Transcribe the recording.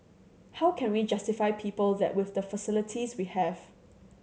how can we justify people that with the facilities we have